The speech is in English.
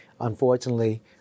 Unfortunately